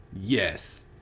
Yes